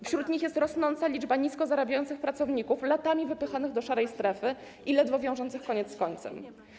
Wśród nich jest rosnąca liczba nisko zarabiających pracowników latami wypychanych do szarej strefy i ledwo wiążących koniec z końcem.